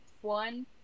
One